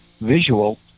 visual